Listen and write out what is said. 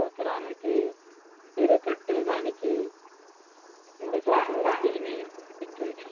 సంవత్సరానికీ మీరు కట్టేదానికీ మూడు సంవత్సరాల వడ్డీని ఇస్తుంది